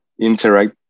interact